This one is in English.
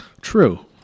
True